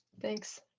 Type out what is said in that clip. Thanks